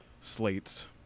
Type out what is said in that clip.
slates